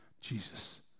Jesus